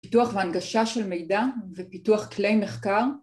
‫פיתוח והנגשה של מידע ‫ופיתוח כלי מחקר.